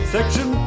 Section